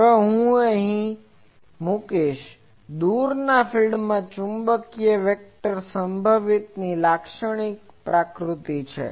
હવે હું તેને અહીં મુકીશ દૂરના ફીલ્ડમાં ચુંબકીય વેક્ટર સંભવિતની લાક્ષણિક પ્રકૃતિ છે